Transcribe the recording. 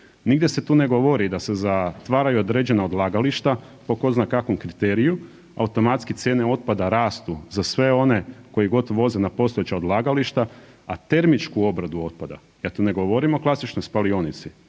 Nigdje se tu ne govori da se zatvaraju određena odlagališta po ko zna kakvom kriteriju, automatski cijene otpada rastu za sve one koji …/Govornik se ne razumije/… voze na postojeća odlagališta, a termičku obradu otpada, ja tu ne govorim o klasičnoj spalionici,